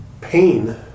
pain